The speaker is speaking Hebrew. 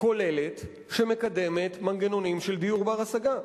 כוללת שמקדמת מנגנונים של דיור בר-השגה.